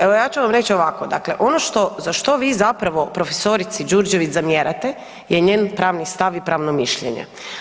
Evo ja ću vam reći ovako, dakle ono što za što vi zapravo profesorici Đurđević zamjerate je njen pravni stav i pravno mišljenje.